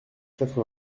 quatre